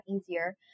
easier